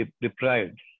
deprived